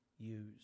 use